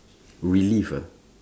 relieve ah